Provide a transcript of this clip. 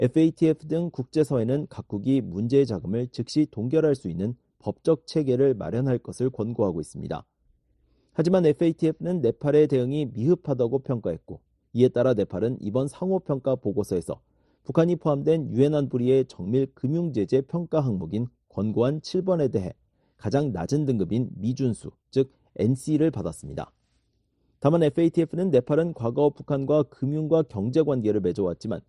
FATF 등 국제사회는 각국이 문제의 자금을 즉시 동결할 수 있는 법적 체계를 마련할 것을 권고하고 있습니다. 하지만 FATF는 네팔의 대응이 미흡하다고 평가했고, 이에 따라 네팔은 이번 상호평가 보고서에서 북한이 포함된 유엔 안보리의 정밀 금융 제재 평가 항목인 권고안 칠 번에 대해 가장 낮은 등급인 미준수, 즉 NC를 받았습니다. 다만 FATF는 네팔은 과거 북한과 금융과 경제 관계를 맺어왔지만